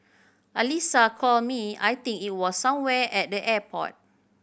Alyssa called me I think it was somewhere at the airport